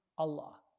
Allah